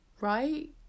right